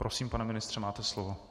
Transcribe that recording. Prosím, pane ministře, máte slovo.